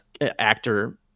actor